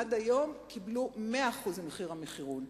עד היום קיבלו 100% מחיר המחירון.